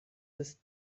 ist